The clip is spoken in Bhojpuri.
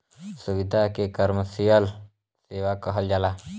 सुविधा के कमर्सिअल सेवा कहल जाला